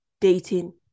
dating